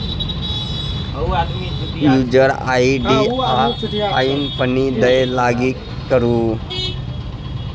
user ID आ I PIN दए login करु